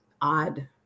odd